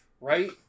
right